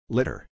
Litter